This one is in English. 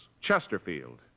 Chesterfield